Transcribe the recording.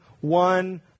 one